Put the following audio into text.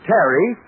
Terry